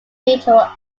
neutral